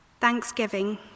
Thanksgiving